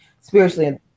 Spiritually